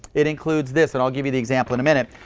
it includes this, and i'll give you the example in a minute.